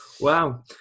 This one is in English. Wow